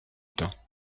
temps